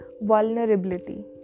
Vulnerability